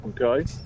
Okay